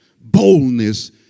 Boldness